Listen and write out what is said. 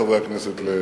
חברי הכנסת,